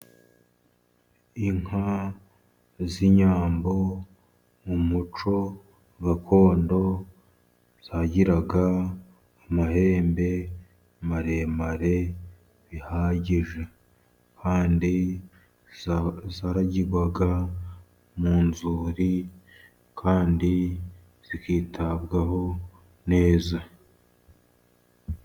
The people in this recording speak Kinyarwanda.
Inka z'Inyambo mu muco gakondo zagiraga amahembe maremare bihagije, Kandi zaragirwaga mu nzuri kandi zikitabwaho neza.